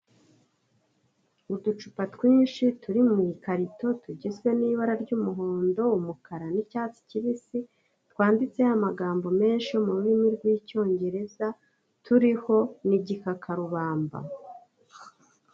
Uducupa twinshi turi mu ikarito, tugizwe n'ibara ry'umuhondo, umukara n'icyatsi kibisi, twanditseho amagambo menshi mu rurimi rw'Icyongereza, turiho n'igikakarubamba.